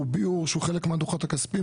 שהוא חלק מהדו"חות הכספיים,